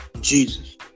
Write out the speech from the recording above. Jesus